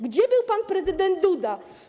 Gdzie był pan prezydent Duda?